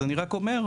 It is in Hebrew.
אז אני רק אומר,